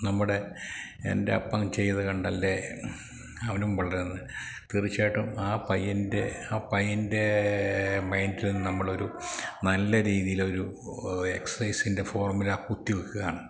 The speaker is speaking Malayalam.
നമ്മുടെ എൻറ്റപ്പൻ ചെയ്ത കണ്ടല്ലേ അവനും വളരുന്നെ തീർച്ചയായിട്ടും ആ പയ്യൻ്റെ ആ പയ്യൻ്റെ മൈൻറ്റിൽ നമ്മളൊരു നല്ല രീതിയിലൊരു എക്സൈസിൻ്റെ ഫോർമുല കുത്തിവയ്ക്കുകയാണ്